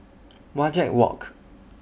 Wajek Walk